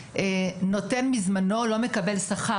נותנים מזמנם ולא מקבלים שכר.